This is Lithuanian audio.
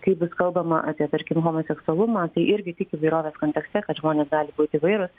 kai bus kalbama apie tarkim homoseksualumą tai irgi tik įvairovės kontekste kad žmonės gali būti įvairūs